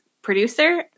Producer